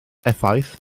effaith